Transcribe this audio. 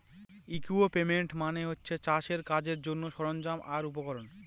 equipment মানে হচ্ছে চাষের কাজের জন্যে সরঞ্জাম আর উপকরণ